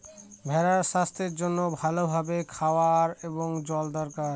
ভেড়ার স্বাস্থ্যের জন্য ভালো ভাবে খাওয়ার এবং জল দরকার